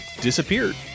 disappeared